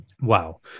Wow